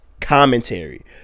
commentary